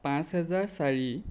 পাঁচ হেজাৰ চাৰি